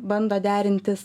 bando derintis